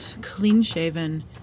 clean-shaven